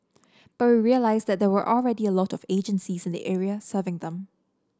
but we realised that there were already a lot of agencies in the area serving them